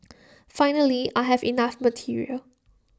finally I have enough material